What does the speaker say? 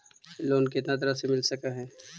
Loan कितना तरह से मिल सक है?